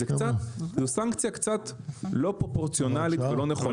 זה קצת לא פרופורציונלית ולא נכונה,